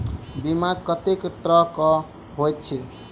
बीमा कत्तेक तरह कऽ होइत छी?